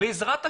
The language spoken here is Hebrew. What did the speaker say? בעזרת ה'